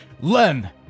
Len